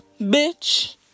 Bitch